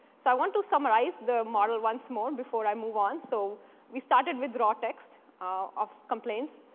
so i want to summarize the model once more before i move on. so we started with raw text of complaints.